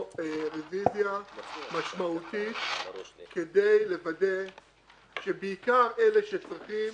רביזיה משמעותית כדי לוודא שבעיקר אלה שצריכים